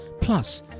plus